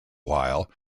while